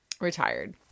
retired